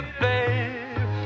babe